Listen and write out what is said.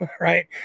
right